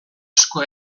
asko